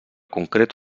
concret